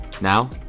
Now